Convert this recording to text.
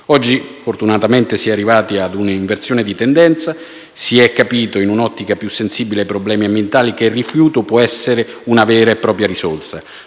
Oggi, fortunatamente, si è arrivati ad una inversione di tendenza. Si è capito, in un'ottica più sensibile ai problemi ambientali, che il rifiuto può essere una vera e propria risorsa.